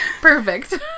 perfect